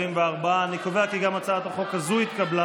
44. אני קובע כי גם הצעת החוק הזו התקבלה